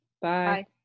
bye